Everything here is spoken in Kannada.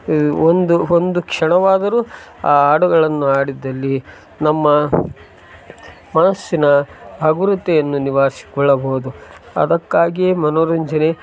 ಇದು ಒಂದು ಒಂದು ಕ್ಷಣವಾದರು ಆ ಹಾಡುಗಳನ್ನು ಹಾಡಿದ್ದಲ್ಲಿ ನಮ್ಮ ಮನಸ್ಸಿನ ಹಗುರತೆಯನ್ನು ನಿವಾರಿಸಿಕೊಳ್ಳಬಹುದು ಅದಕ್ಕಾಗಿ ಮನೋರಂಜನೆ